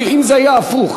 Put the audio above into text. אם זה היה הפוך,